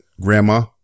Grandma